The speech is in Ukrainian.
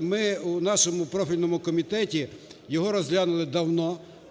Ми у нашому профільному комітеті його розглянули давно.